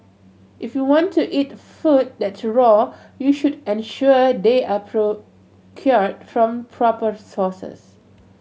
if you want to eat food that raw you should ensure they are procured from proper sources